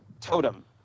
Totem